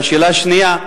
והשאלה השנייה: